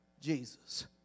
Jesus